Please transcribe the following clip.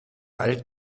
all